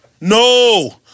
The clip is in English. No